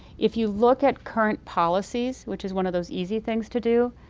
if you look at current policies, which is one of those easy things to do,